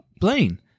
Blaine